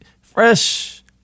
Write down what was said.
fresh